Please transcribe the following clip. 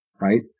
right